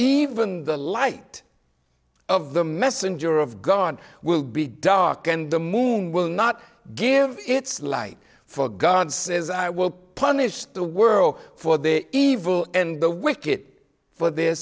even the light of the messenger of god will be dark and the moon will not give its light for god says i will punish the world for the evil and the wick it for th